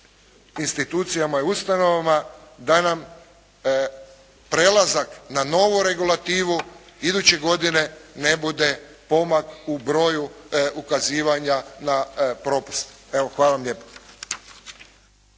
institucijama i ustanovama, da nam prelazak na novu regulativu iduće godine ne bude pomak u broju ukazivanja na propust. Evo, hvala vam lijepo.